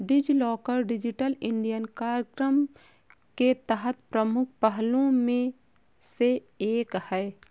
DigiLocker digital India कार्यक्रम के तहत प्रमुख पहलों में से एक है